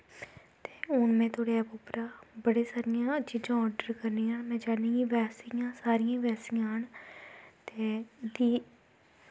हून में तोआड़े ऐप उप्परा बड़ी सारी चीजां आर्डर करनियां न में चाह्नी तां कि बैसियां गै सारियां बैसियां आह्न ते ओह्दी